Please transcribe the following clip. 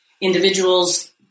individuals